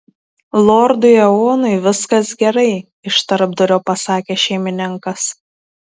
lordui eonui viskas gerai iš tarpdurio pasakė šeimininkas